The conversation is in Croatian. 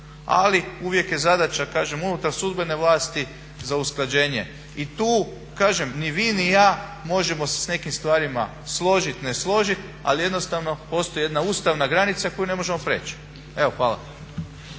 Ali uvijek je zadaća kažem unutar sudbene vlasti za usklađenje. I tu kažem, ni vi ni ja možemo se sa nekim stvarima složiti, ne složiti ali jednostavno postoji jedna ustavna granica koju ne možemo prijeći. Evo hvala.